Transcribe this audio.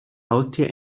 haustier